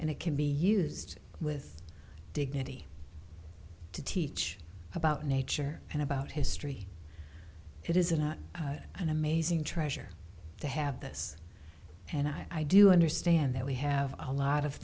and it can be used with dignity to teach about nature and about history it is not an amazing treasure to have this and i do understand that we have a lot of